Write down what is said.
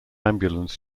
ambulance